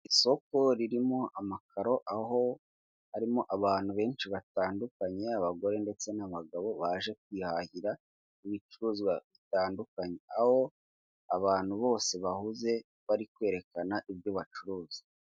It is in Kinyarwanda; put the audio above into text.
Isoko ririmo amakaro aho harimo abantu benshi batandukanye abagore ndetse n'abagabo baje kwihahira ibicuruzwa bitandukanye, aho abantu bose bahuze bari kwerekana ibyo bacuruza.